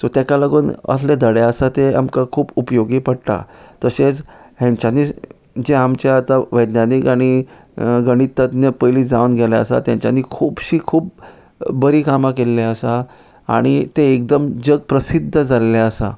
so तेका लागून असले धडे आसात ते आमकां खूब उपयोगी पडटा तशेंच हेंच्यांनी जे आमचे आतां वैज्ञानीक आनी गणिततज्ञ पयलीं जावन गेल्ले आसा तेंच्यांनी खुबशी खूब बरीं कामां केल्लीं आसा आणी ते एकदम जग प्रसिध्द जाल्लें आसा